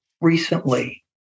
recently